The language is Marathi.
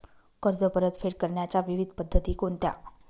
कर्ज परतफेड करण्याच्या विविध पद्धती कोणत्या?